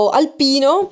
alpino